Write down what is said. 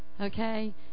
Okay